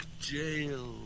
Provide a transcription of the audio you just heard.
jail